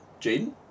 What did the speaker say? Jaden